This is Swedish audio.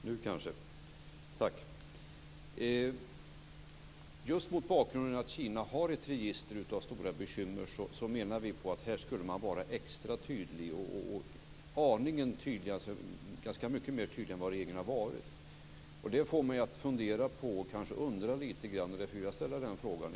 Herr talman! Just mot bakgrund av att Kina har ett register av stora bekymmer menar vi att man här skulle vara extra tydlig och ganska mycket mer tydlig än vad regeringen har varit. Det får mig att fundera och undra lite grann. Därför vill jag ställa den frågan.